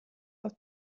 auf